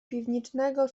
piwnicznego